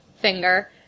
finger